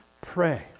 Pray